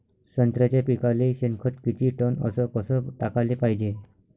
संत्र्याच्या पिकाले शेनखत किती टन अस कस टाकाले पायजे?